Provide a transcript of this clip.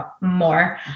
more